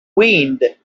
wind